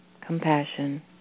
compassion